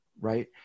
right